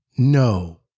No